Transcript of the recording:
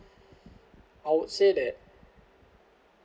I would say that